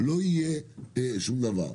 לא יהיה שום דבר.